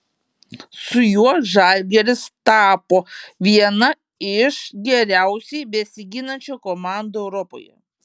su juo žalgiris tapo viena iš geriausiai besiginančių komandų europoje